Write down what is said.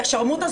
יה שרמוטה,